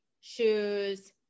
shoes